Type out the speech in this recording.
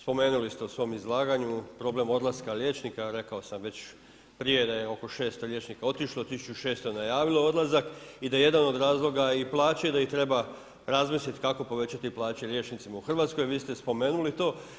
Spomenuli ste u svom izlaganju problem odlaska liječnika, rekao sam već prije da je oko 600 liječnika otišlo, 1600 najavilo odlazak i da je jedan od razloga i plaće, da ih treba razmisliti kako povećati plaće liječnicima u Hrvatskoj, vi ste spomenuli to.